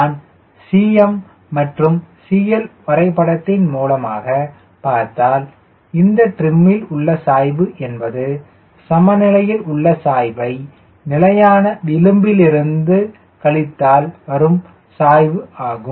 நான் Cm மற்றும் CL வரைபடத்தின் மூலமாக பார்த்தால் இந்த டீரிமில் உள்ள சாய்வு என்பது சமநிலையில் உள்ள சாய்வை நிலையான விளிம்பிலிருந்து கழித்தால் வரும் ஆகும்